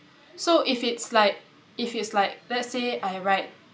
so if it's like if it's like let's say I write